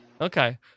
Okay